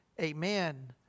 amen